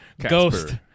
Ghost